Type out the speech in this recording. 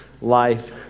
Life